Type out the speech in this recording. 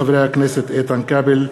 הצעתם של חברי הכנסת איתן כבל,